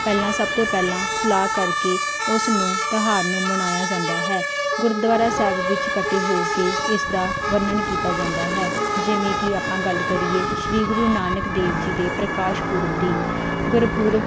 ਪਹਿਲਾਂ ਸਭ ਤੋਂ ਪਹਿਲਾਂ ਸਲਾਹ ਕਰਕੇ ਉਸ ਨੂੰ ਤਿਉਹਾਰ ਨੂੰ ਮਨਾਇਆ ਜਾਂਦਾ ਹੈ ਗੁਰਦੁਆਰਾ ਸਾਹਿਬ ਵਿੱਚ ਇਕੱਠੇ ਹੋ ਕੇ ਇਸ ਦਾ ਵਰਣਨ ਕੀਤਾ ਜਾਂਦਾ ਹੈ ਜਿਵੇਂ ਕਿ ਆਪਾਂ ਗੱਲ ਕਰੀਏ ਸ਼੍ਰੀ ਗੁਰੂ ਨਾਨਕ ਦੇਵ ਜੀ ਦੇ ਪ੍ਰਕਾਸ਼ ਪੁਰਬ ਦੀ ਗੁਰਪੁਰਬ